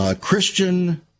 Christian